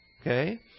okay